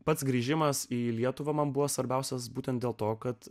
pats grįžimas į lietuvą man buvo svarbiausias būtent dėl to kad